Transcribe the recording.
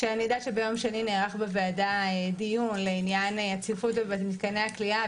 אני יודעת שביום שני נערך בוועדה דיון לעניין הצפיפות במתקני הכליאה,